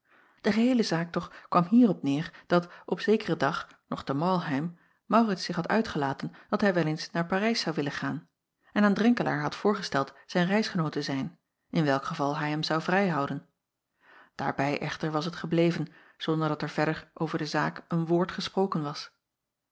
e geheele zaak toch kwam hierop neêr dat op zekeren dag nog te arlheim aurits zich had uitgelaten dat hij wel eens naar arijs zou willen gaan en aan renkelaer had voorgesteld zijn reisgenoot te zijn in welk geval hij hem zou vrijhouden aarbij echter was het gebleven zonder dat er verder over de zaak een woord gesproken was